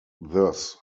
thus